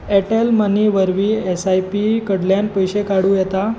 Airtel money वरवीं S I P कडल्यान पयशें काडूं येता